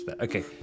Okay